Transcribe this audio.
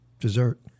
dessert